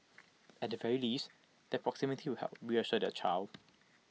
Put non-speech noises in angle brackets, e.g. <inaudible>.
at the very least their proximity <unintelligible> would help reassure their child